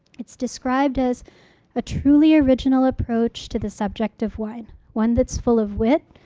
it's described as a truly original approach to the subject of wine. one that's full of wit,